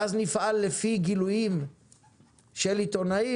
ואז נפעל לפי גילויים של עיתונאים?